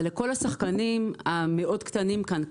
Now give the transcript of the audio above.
אבל לכל השחקנים המאוד "קטנים" כאן,